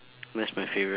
that's my favourite